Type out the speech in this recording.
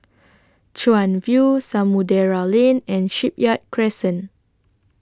Chuan View Samudera Lane and Shipyard Crescent